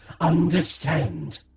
understand